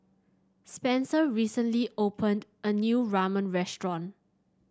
Spencer recently opened a new Ramen restaurant